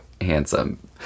handsome